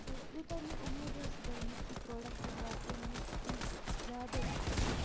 تہٕ یوٗتاہ مےٚ اُمید ٲسۍ کٔرمٕژ یہِ پرٛوڈَکٹ درٛاو تَمۍ نِش کیٚنہہ زیادَے اصٕل